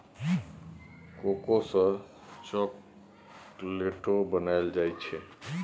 cocoa सँ चाकलेटो बनाइल जाइ छै